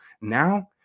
Now